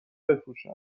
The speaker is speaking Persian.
بفروشن